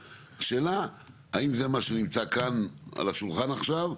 השאלה, האם זה מה שנמצא כאן על השולחן עכשיו?